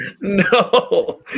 no